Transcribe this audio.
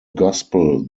gospel